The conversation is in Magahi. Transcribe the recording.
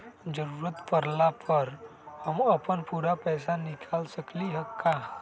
जरूरत परला पर हम अपन पूरा पैसा निकाल सकली ह का?